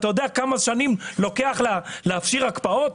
אתה יודע כמה שנים לוקח להפשיר הקפאות?